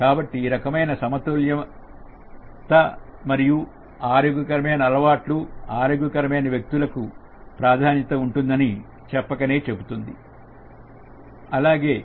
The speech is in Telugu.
కాబట్టి ఈ రకమైన సమతుల్యత మరియు ఆరోగ్యకరమైన అలవాట్లు ఆరోగ్యమైన వ్యక్తులకు ప్రాధాన్యత ఉంటుంది అని చెప్పకనే చెబుతుంది